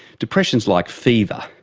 depression is like fever,